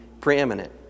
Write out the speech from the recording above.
preeminent